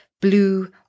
blue